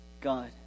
God